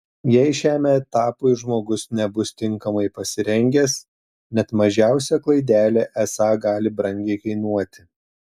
jei šiam etapui žmogus nebus tinkamai pasirengęs net mažiausia klaidelė esą gali brangiai kainuoti